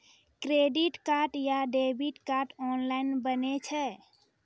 Credit card या debit card online बनै छै?